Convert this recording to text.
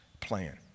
plan